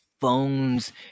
phones